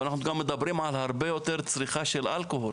אבל אנחנו גם מדברים על הרבה יותר צריכה של אלכוהול